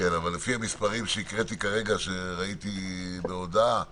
לפי המס' שראיתי כרגע בהודעה והקראתי,